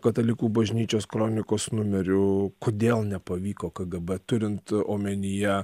katalikų bažnyčios kronikos numerių kodėl nepavyko kgb turint omenyje